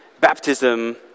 baptism